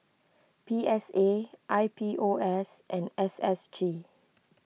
P S A I P O S and S S G